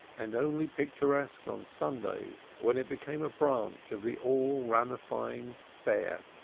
and only picturesque on sundays when it became a branch of the all-ramifying fair.